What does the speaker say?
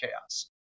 chaos